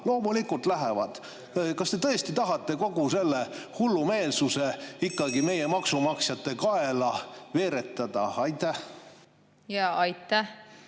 Loomulikult lähevad. Kas te tõesti tahate kogu selle hullumeelsuse ikkagi meie maksumaksjate kaela veeretada? (Juhataja